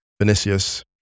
Vinicius